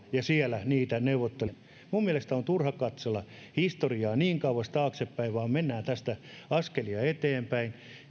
ja siellä niitä neuvottelijoita minun mielestäni on turha katsella historiaa niin kauas taaksepäin vaan mennään tästä askelia eteenpäin